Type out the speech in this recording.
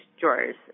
drawers